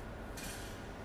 ya